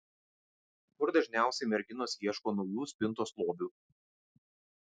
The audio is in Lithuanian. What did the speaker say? kur dažniausiai merginos ieško naujų spintos lobių